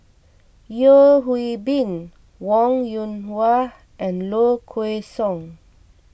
Yeo Hwee Bin Wong Yoon Wah and Low Kway Song